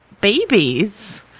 babies